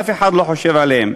ואף אחד לא חושב עליהם.